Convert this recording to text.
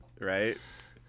right